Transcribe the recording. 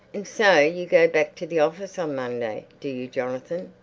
and so you go back to the office on monday, do you, jonathan?